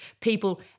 people